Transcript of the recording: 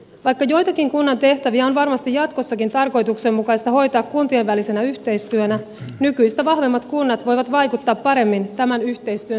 vaikka joitakin kunnan tehtäviä on varmasti jatkossakin tarkoituksenmukaista hoitaa kuntien välisenä yhteistyönä nykyistä vahvemmat kunnat voivat vaikuttaa paremmin tämän yhteistyön sisältöön